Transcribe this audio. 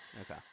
Okay